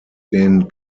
den